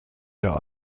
der